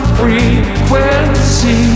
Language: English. frequency